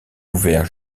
ouvert